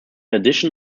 addition